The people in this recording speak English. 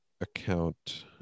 account